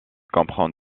comprend